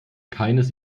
keines